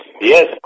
Yes